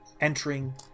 Entering